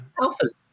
Alpha's